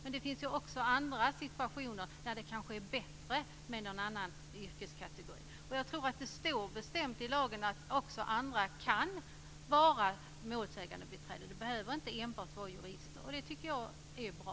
Men det finns ju också situationer då det kanske är bättre med en person från en annan yrkeskategori. Jag tror att det står bestämt i lagen att också andra kan vara målsägandebiträden, att det inte behöver vara enbart jurister, och det tycker jag är bra.